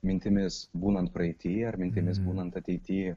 mintimis būnant praeity ar mintimis būnant ateity